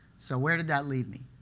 so where did that leave me?